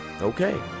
Okay